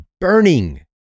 burning